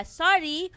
sorry